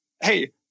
Hey